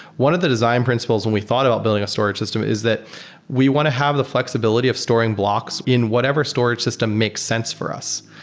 one of the design principles when we thought about building a storage system is that we want to have the flexibility of storing blocks in whatever storage system makes sense for us.